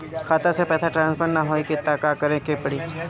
खाता से पैसा टॉसफर ना होई त का करे के पड़ी?